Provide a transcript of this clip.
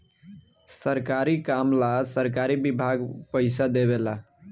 सरकारी काम ला सरकारी विभाग पइसा देवे ला